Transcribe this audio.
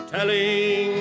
Telling